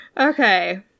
Okay